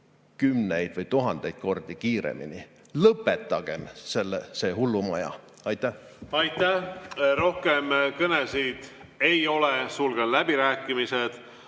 kümneid või tuhandeid kordi kiiremini. Lõpetagem see hullumaja! Aitäh! Aitäh! Rohkem kõnesid ei ole, sulgen läbirääkimised.